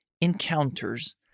encounters